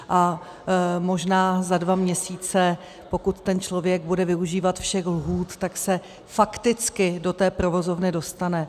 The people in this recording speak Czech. A možná za dva měsíce, pokud ten člověk bude využívat všech lhůt, tak se fakticky do té provozovny dostane.